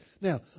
now